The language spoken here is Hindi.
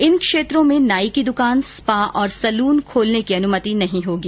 इन क्षेत्रों में नाई की दुकान स्पा और सैलून खोलने की अनुमति नहीं होगी